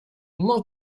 most